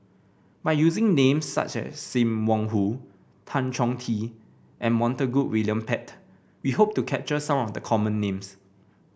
by using names such as Sim Wong Hoo Tan Chong Tee and Montague William Pett we hope to capture some of the common names